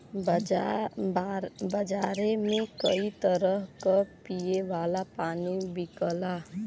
बजारे में कई तरह क पिए वाला पानी बिकला